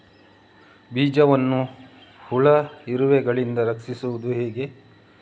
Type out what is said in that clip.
ಬೀಜವನ್ನು ಹುಳ, ಇರುವೆಗಳಿಂದ ರಕ್ಷಿಸುವುದು ಹೇಗೆ?